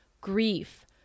grief